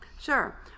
Sure